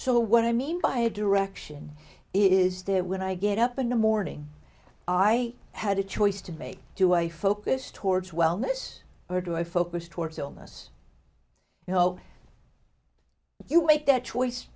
so what i mean by a direction is there when i get up in the morning i had a choice to make do i focus towards wellness or do i focus towards illness you know you make that choice